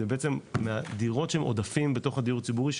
זה שבעצם הדירות האלו הן עודפים בתוך הדיור הציבורי,